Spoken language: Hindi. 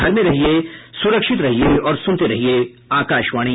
घर में रहिये सुरक्षित रहिये और सुनते रहिये आकाशवाणी